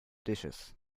dishes